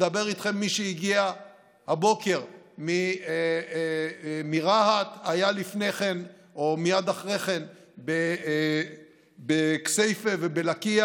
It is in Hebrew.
מדבר איתכם מי שהגיע הבוקר מרהט ומייד אחרי כן היה בכסייפה ובלקיה.